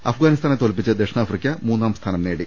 അഫ്ഗാനിസ്ഥാനെ തോൽപ്പിച്ച് ദക്ഷിണാഫ്രിക്ക മൂന്നാം സ്ഥാനം നേടി